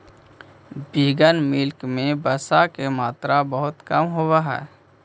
vegan milk में वसा के मात्रा बहुत कम होवऽ हइ